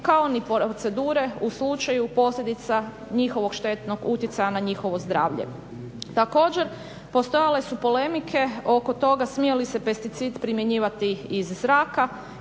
kao ni procedure u slučaju posljedica njihovog štetnog utjecaja na njihovo zdravlje. Također, postojale su polemike oko toga smije li se pesticid primjenjivati iz zraka.